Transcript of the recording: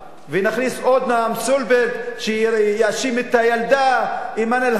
ונכניס עוד נעם סולברג שיאשים את הילדה אימאן אל-האמס,